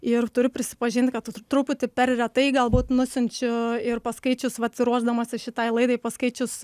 ir turiu prisipažint kad truputį per retai galbūt nusiunčiu ir paskaičius vat ruošdamasi šitai laidai paskaičius